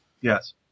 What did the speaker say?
yes